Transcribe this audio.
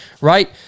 right